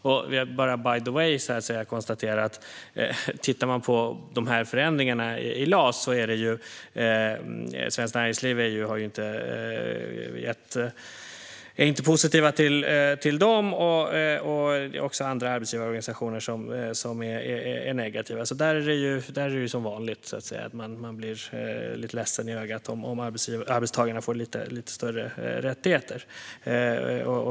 Jag vill bara by the way konstatera att Svenskt Näringsliv inte är positiva till förändringarna i LAS, och det finns också andra arbetsgivarorganisationer som är negativa. Där är det så att säga som vanligt; man blir lite ledsen i ögat om arbetstagarna får lite större rättigheter.